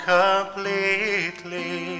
completely